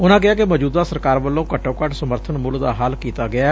ਉਨਾਂ ਕਿਹਾ ਕਿ ਮੌਜੁਦਾ ਸਰਕਾਰ ਵੱਲੋ' ਘੱਟੋ ਘੱਟ ਸਮਰਬਨ ਮੁਲ ਦਾ ਹੱਲ ਕੀਤਾ ਗਿਐ